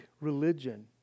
religion